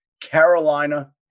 Carolina